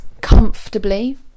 comfortably